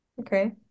okay